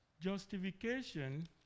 Justification